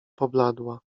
pobladła